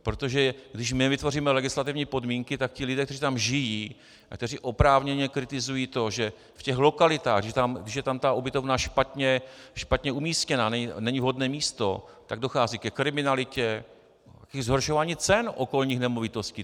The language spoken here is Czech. Protože když jim nevytvoříme legislativní podmínky, tak ti lidé, kteří tam žijí a kteří oprávněně kritizují to, že v těch lokalitách, když je tam ta ubytovna špatně umístěna, není vhodné místo, tak dochází ke kriminalitě i zhoršování cen okolních nemovitostí.